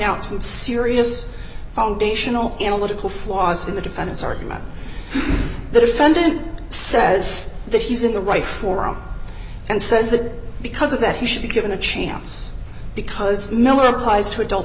out some serious foundational analytical flaws in the defense argument the defendant says that he's in the right forum and says that because of that he should be given a chance because miller tries to adult